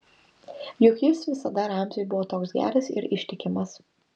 juk jis visada ramziui buvo toks geras ir ištikimas